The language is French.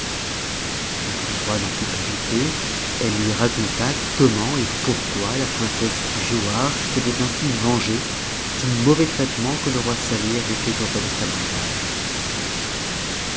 afin que le roi n'en put pas douter elle lui raconta comment et pourquoi la princesse giauharc s'était ainsi vengée du mauvais traitement que le roi saleh avait lait au roi de samandal son père